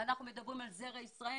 אנחנו מדברים על זרע ישראל,